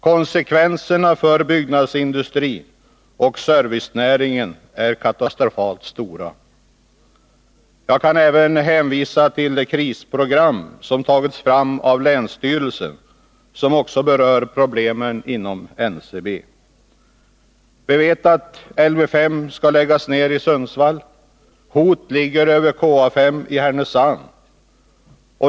Konsekvenserna för byggnadsindustrin och servicenäringen är katastrofalt stora. Jag kan även hänvisa till det krisprogram som tagits fram av länsstyrelsen som också berör problemen inom NCB. Vi vet att Lv 5 i Sundsvall skall läggas ner. Hot ligger över KA 5 i Härnösand.